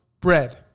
bread